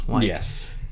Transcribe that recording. yes